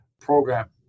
program